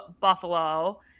Buffalo